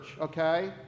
okay